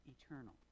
eternal